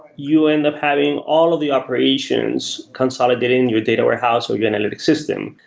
you end up having all of the operations consolidated in your data warehouse or your analytic system.